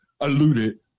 alluded